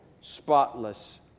spotless